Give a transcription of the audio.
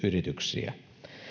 yrityksiä